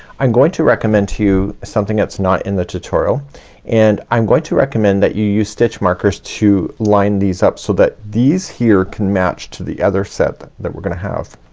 i'm going to recommend to you something that's not in the tutorial and i'm going to recommend that you use stitch markers to line these up so that these here can match to the other set that we're gonna have.